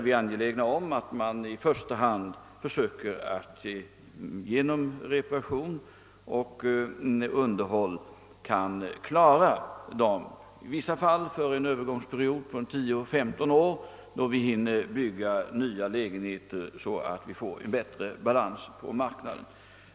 Vi anser därför att man i första hand bör försöka bevara dem genom reparation och underhåll, i vissa fall för en övergångsperiod på 10—15 år, under vilken vi hinner bygga nya lägenheter, så att det blir en bätte balans på bostadsmarknaden.